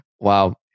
Wow